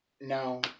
No